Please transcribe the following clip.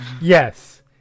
Yes